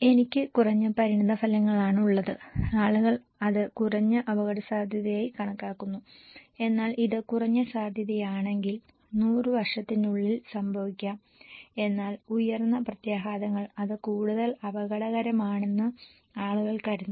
എനിക്ക് കുറഞ്ഞ പരിണതഫലങ്ങളാണുള്ളത് ആളുകൾ അത് കുറഞ്ഞ അപകടസാധ്യതയായി കണക്കാക്കുന്നു എന്നാൽ ഇത് കുറഞ്ഞ സാധ്യതയാണെങ്കിൽ 100 വർഷത്തിനുള്ളിൽ സംഭവിക്കാം എന്നാൽ ഉയർന്ന പ്രത്യാഘാതങ്ങൾ അത് കൂടുതൽ അപകടകരമാണെന്ന് ആളുകൾ കരുതുന്നു